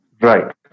Right